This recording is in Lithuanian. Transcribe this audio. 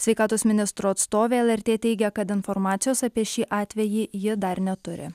sveikatos ministro atstovė lrt teigia kad informacijos apie šį atvejį jie dar neturi